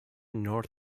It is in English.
north